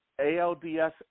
ALDS